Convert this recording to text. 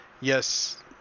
yes